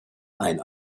ein